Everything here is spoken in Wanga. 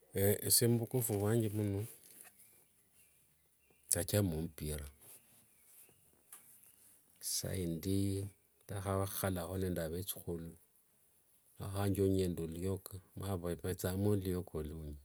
esie muvukofu vwange mno, ndachama mpira isaiindi vethukhulu, nivakhanjongia nende luoka vavethangamo oluoka lungi.